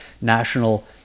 national